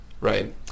Right